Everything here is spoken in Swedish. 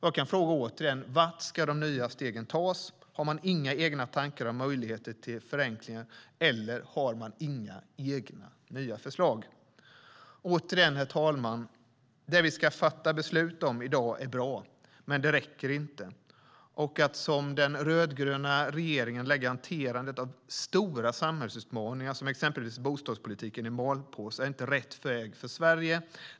Jag kan återigen fråga: Var ska de nya stegen tas? Har man inga egna tankar om möjligheter till förenklingar och inga egna nya förslag? Herr talman! Det som vi ska fatta beslut om i dag är bra, men det räcker inte. Att som den rödgröna regeringen lägga hanterandet av stora samhällsutmaningar, exempelvis bostadspolitiken, i malpåse är inte rätt väg för Sverige.